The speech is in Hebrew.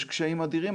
יש קשיים אדירים,